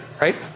Right